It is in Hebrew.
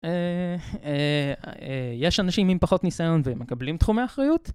אה... אה... יש אנשים עם פחות ניסיון ומקבלים תחומי אחריות?